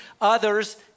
others